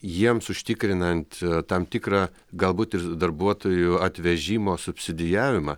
jiems užtikrinant tam tikrą galbūt ir darbuotojų atvežimo subsidijavimą